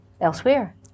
elsewhere